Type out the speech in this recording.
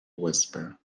whisper